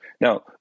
now